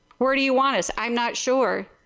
where do you want us i am not sure.